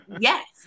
Yes